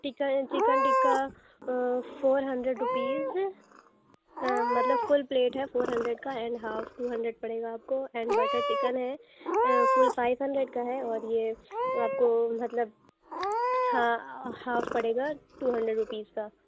tikka chicken tikka four hundred rupees مطلب full plate ہے four hundred کا اینڈ ہاف ٹو ہنڈریڈ پڑے گا آپ کو اینڈ بٹر چکن ہے فل فائیو ہنڈریڈ کا ہے اور یہ آپ کو مطلب ہاف پڑے گا ٹو ہنڈریڈ روپیز کا